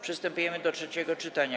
Przystępujemy do trzeciego czytania.